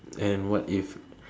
and what if